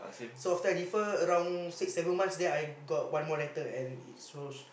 so after I defer around six seven months then I got one more letter and it shows